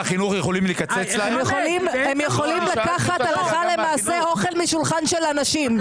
הם יכולים לקחת הלכה למעשה אוכל משולחן של אנשים,